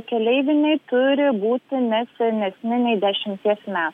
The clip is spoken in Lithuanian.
keleiviniai turi būti ne senesni nei dešimties me